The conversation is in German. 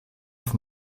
auf